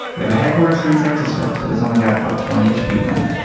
we have a headquarters here in san francisco but it's only got about twenty ish people in it.